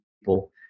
people